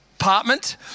apartment